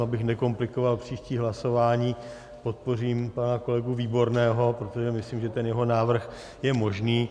Abych nekomplikoval příští hlasování, podpořím pana kolegu Výborného, protože myslím, že ten jeho návrh je možný.